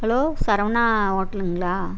hello Saravana ஓட்டலுங்களா